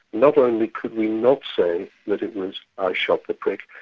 not only could we not say that it was i shot the prick,